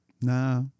Nah